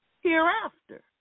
hereafter